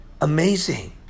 amazing